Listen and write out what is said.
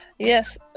Yes